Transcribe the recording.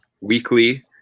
weekly